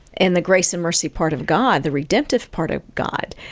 and the grace and mercy part of god, the redemptive part of god,